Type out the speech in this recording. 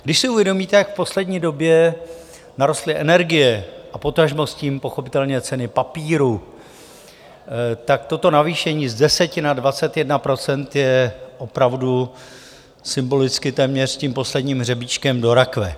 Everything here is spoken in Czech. Když si uvědomíte, jak v poslední době narostly energie, a potažmo s tím pochopitelně ceny papíru, tak toto navýšení z 10 na 21 % je opravdu symbolicky téměř tím posledním hřebíčkem do rakve.